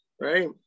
right